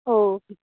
okay